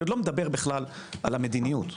לא מדבר בכלל על המדיניות.